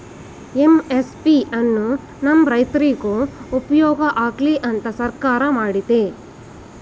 MSP ಎನ್ನು ನಮ್ ರೈತ್ರುಗ್ ಉಪ್ಯೋಗ ಆಗ್ಲಿ ಅಂತ ಸರ್ಕಾರ ಮಾಡಿದೆ